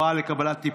הוראת שעה) (הוראה לקבלת טיפול),